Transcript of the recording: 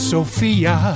Sophia